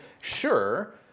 sure